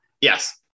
yes